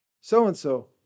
So-and-so